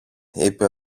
είπε